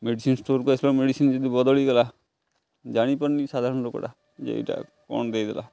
medicine ଷ୍ଟୋରକୁ ଆସିଲ medicine ଯଦି ବଦଳି ଗଲା ଜାଣିପାରୁନି ସାଧାରଣ ଲୋକଟା ଯେ ଏଇଟା କ'ଣ ଦେଇଦେଲା